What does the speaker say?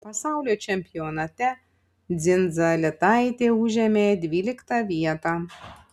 pasaulio čempionate dzindzaletaitė užėmė dvyliktą vietą